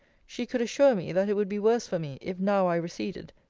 she could assure me, that it would be worse for me, if now i receded,